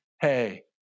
hey